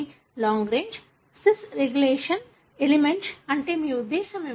long range cis regulatory element అంటే మీ ఉద్దేశ్యం ఏమిటి